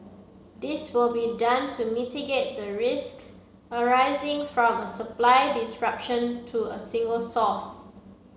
this will be done to mitigate the risks arising from a supply disruption to a single source